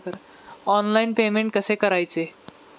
Online payment कसे करायचे?